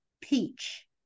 peach